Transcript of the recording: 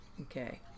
Okay